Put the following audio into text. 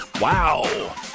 Wow